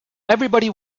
everybody